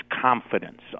confidence